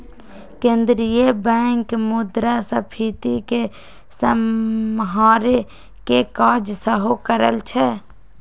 केंद्रीय बैंक मुद्रास्फीति के सम्हारे के काज सेहो करइ छइ